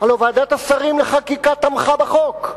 הלוא ועדת השרים לחקיקה תמכה בחוק,